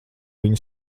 viņu